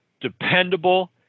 dependable